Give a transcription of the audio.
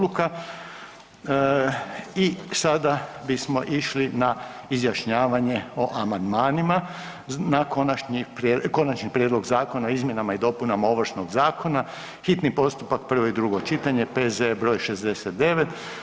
I sada bismo išli na izjašnjavanje o amandmanima na Konačni prijedlog Zakona o izmjenama i dopunama Ovršnog zakona, hitni postupak, prvo i drugo čitanje, P.Z.E. br. 69.